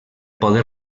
poder